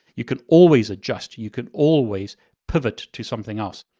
you can always adjust, you can always pivot to something else.